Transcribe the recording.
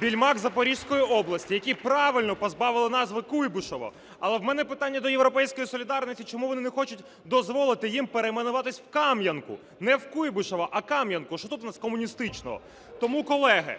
Більмак Запорізької області, який правильно позбавили назви Куйбишеве. Але в мене питання до "Європейської солідарності", чому вони не хочуть дозволити їм перейменуватися в Кам'янку, не в Куйбишеве, а в Кам'янку. Що тут у нас комуністичного? Тому, колеги,